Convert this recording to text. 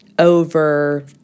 Over